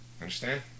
Understand